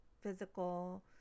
physical